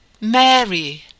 Mary